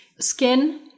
skin